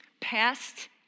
past